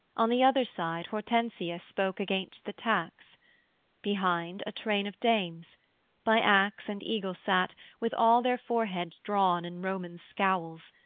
on the other side hortensia spoke against the tax behind, a train of dames by axe and eagle sat, with all their foreheads drawn in roman scowls,